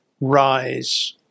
rise